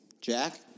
Jack